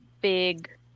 big